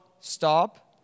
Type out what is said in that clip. stop